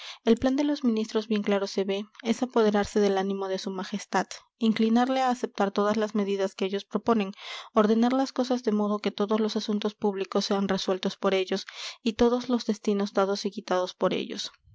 el plan de los ministros bien claro se ve es apoderarse del ánimo de su majestad inclinarle a aceptar todas las medidas que ellos proponen ordenar las cosas de modo que todos los asuntos públicos sean resueltos por ellos y todos los destinos dados y quitados por ellos